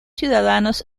ciudadanos